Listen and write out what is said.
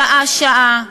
שעה-שעה,